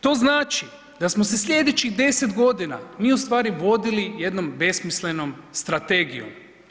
To znači da smo se sljedećih 10 godina vi ustvari vodili jednom besmislenom strategijom.